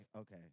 okay